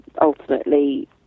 ultimately